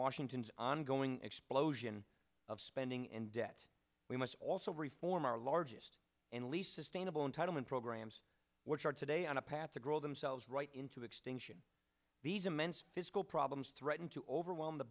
washington's ongoing explosion of spending and debt we must also reform our largest and least sustainable entitlement programs which are today on a path to grow themselves right into extinction these immense fiscal problems threaten to overwhelm the